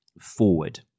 forward